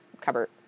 cupboard